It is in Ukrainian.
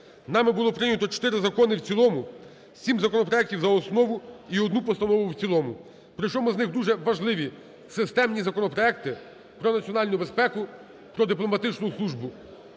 Нами було прийнято чотири закони в цілому, 7 законопроектів – за основу і одну постанову – в цілому, при чому з них дуже важливі системні законопроекти: про національну безпеку, про Дипломатичну службу.